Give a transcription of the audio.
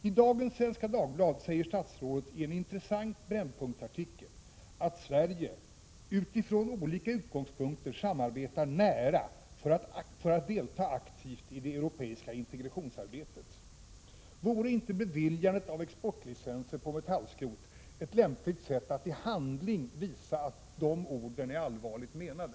I dagens Svenska Dagbladet säger statsrådet i en intressant brännpunktsartikel att Sverige ”utifrån olika utgångspunkter samarbetar nära för att delta aktivt i det västeuropeiska integrationsarbetet”. Vore inte beviljandet av exportlicenser på metallskrot ett lämpligt sätt att i handling visa att dessa ord är allvarligt menade?